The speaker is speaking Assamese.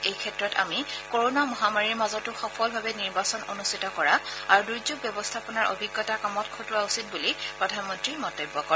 এই ক্ষেত্ৰত আমি কোৰোণা মহামাৰীৰ মাজতো সফলভাৱে নিৰ্বাচন অনুষ্ঠিত কৰা আৰু দুৰ্যোগ ব্যৱস্থাপনাৰ অভিজ্ঞতা কামত খটুওৱা উচিত বুলি প্ৰধানমন্ত্ৰীয়ে মন্তব্য কৰে